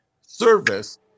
service